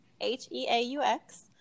H-E-A-U-X